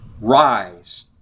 Rise